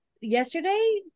yesterday